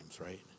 right